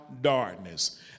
darkness